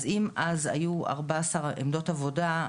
אז אם אז היו 14 עמדות עבודה,